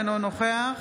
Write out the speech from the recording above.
אינו נוכח